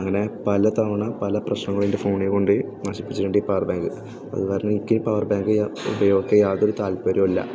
അങ്ങനെ പല തവണ പല പ്രശ്നങ്ങളും എൻ്റെ ഫോണിനെ കൊണ്ട് ന സിപ്പിച്ചിട്ടുണ്ട് പവർ ബാങ്ക് അതു കാരണം എനിക്ക് പവർ ബാങ്ക് ഉപയോഗം യാതൊരു താല്പര്യവുമില്ല